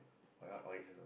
my one orange also